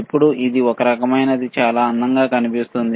ఇప్పుడు అది ఒక రకమైనది చాలా అందంగా కనిపిస్తుంది